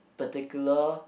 the particular